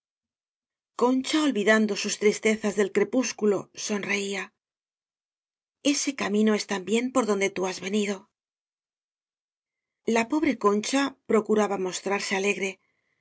concha olvidando sus tristezas del crepús culo sonreía se camino es también por donde tú has j venido f la pobre concha procuraba mostrarse alegre